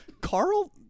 Carl